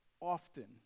often